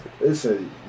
Listen